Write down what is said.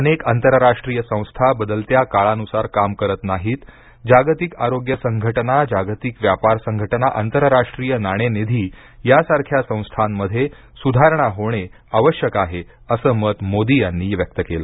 अनेक आंतरराष्ट्रीय संस्था बदलत्या काळानुसार काम करत नाहीत जागतिक आरोग्य संघटना जागतिक व्यापार संघटना आंतरराष्ट्रीय नाणेनिधी यासारख्या संस्थामध्ये सुधारणा होणे आवश्यक आहे असं मत मोदी यांनी व्यक्त केलं